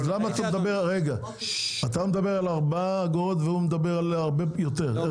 אתה מדבר על 4 אגורות והוא מדבר על הרבה יותר.